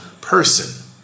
person